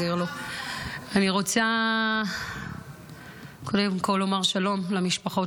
רוצה קודם כול לומר שלום למשפחות